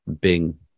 Bing